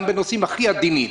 גם בנושאים הכי עדינים,